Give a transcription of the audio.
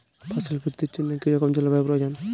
ফসল বৃদ্ধির জন্য কী রকম জলবায়ু প্রয়োজন?